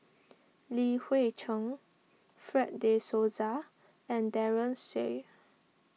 Li Hui Cheng Fred De Souza and Daren Shiau